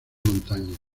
montaña